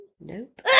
Nope